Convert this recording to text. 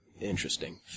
Interesting